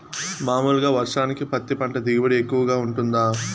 మామూలుగా వర్షానికి పత్తి పంట దిగుబడి ఎక్కువగా గా వుంటుందా?